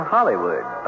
Hollywood